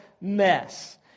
Mess